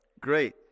great